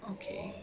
okay